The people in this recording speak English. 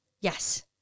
yes